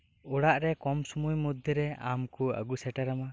ᱚᱲᱟᱜ ᱨᱮ ᱠᱚᱢ ᱥᱚᱢᱚᱭ ᱢᱚᱫᱷᱮᱨᱮ ᱟᱢ ᱠᱩ ᱟᱹᱜᱩ ᱥᱮᱴᱮᱨᱟᱢᱟ